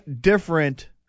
different